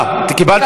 לכולנו,